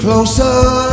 Closer